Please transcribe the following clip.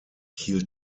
hielt